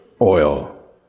oil